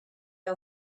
are